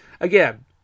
Again